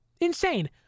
insane